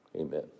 Amen